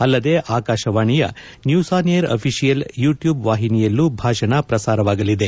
ಅಲ್ಲದೆ ಆಕಾಶವಾಣಿಯ news on air official YouTube ವಾಹಿನಿಯಲ್ಲೂ ಭಾಷಣ ಪ್ರಸಾರವಾಗಲಿದೆ